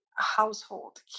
household